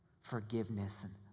Forgiveness